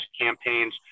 campaigns